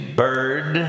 bird